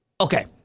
Okay